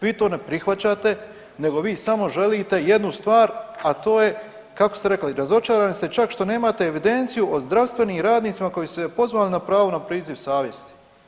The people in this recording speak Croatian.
Vi to ne prihvaćate nego vi samo želite jednu stvar, a to je kako ste rekli, razočarani ste čak što nemate evidenciju o zdravstvenim radnicima koji su se pozvali na pravo na priziv savjesti.